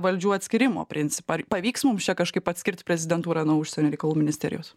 valdžių atskyrimo principą ar pavyks mums čia kažkaip atskirti prezidentūrą nuo užsienio reikalų ministerijos